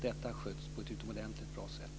Detta sköts på ett utomordentligt bra sätt.